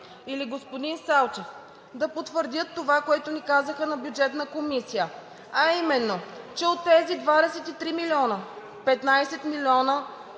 или господин Салчев да потвърдят това, което ни казаха на Бюджетна комисия, а именно, че от тези 23 милиона – 15 милиона